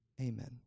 Amen